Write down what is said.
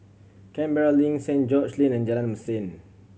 Canberra Link Saint George's Lane and Jalan Mesin